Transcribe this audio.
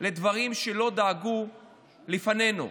לדברים שלא דאגו להם לפנינו.